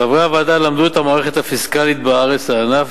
חברי הוועדה למדו את המערכת הפיסקלית בארץ לענף